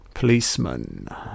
Policeman